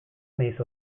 nahiz